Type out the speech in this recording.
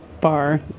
bar